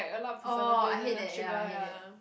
oh I hate that ya I hate that